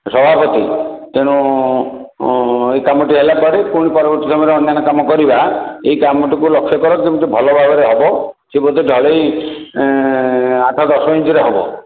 ସଭାପତି ତେଣୁ ଏହି କାମଟି ହେଲା ପରେ ପୁଣି ପରବର୍ତ୍ତୀ କାମରେ ଅନ୍ୟାନ କାମ କରିବା ଏହି କାମଟିକୁ ଲକ୍ଷ୍ୟ କର ଯେମିତି ଭଲ ଭାବରେ ହେବ ସେ ବୋଧେ ଢ଼ଳେଇ ଆଠ ଦଶ ଇଞ୍ଚିରେ ହେବ